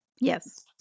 Yes